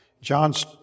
John's